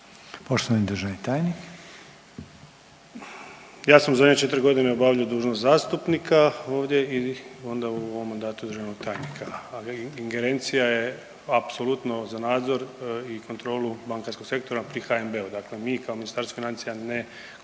Stjepan (HNS)** Ja sam u zadnje 4 godine obavljao dužnost zastupnika ovdje i onda u ovom mandatu državnog tajnika, ali ingerencija je apsolutno za nadzor i kontrolu bankarskog sektora i HNB-u. Dakle, mi kao Ministarstvo financija ne